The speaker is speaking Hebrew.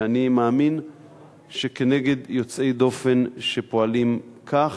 ואני מאמין שנגד יוצאי דופן שפועלים כך,